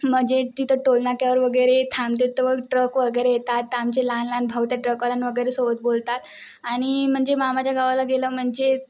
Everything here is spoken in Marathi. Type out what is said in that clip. म्हणजे तिथं टोलनाक्यावर वगैरे थांबते तर व ट्रक वगैरे येतात आमचे लहान लहान भाऊ त्या ट्रकवाल्यां वगैरे सोबत बोलतात आणि म्हणजे मामाच्या गावाला गेलं म्हणजे